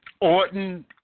Orton